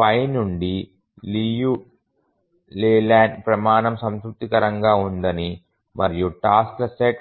పై నుండి Liu Layland ప్రమాణం సంతృప్తికరంగా ఉందని మరియు టాస్క్ల సెట్